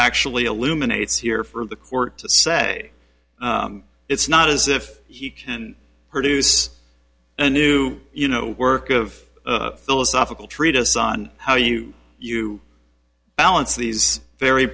actually illuminates here for the court to say it's not as if he can produce a new you know work of philosophical treatise on how you you balance these very